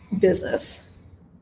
business